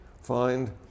find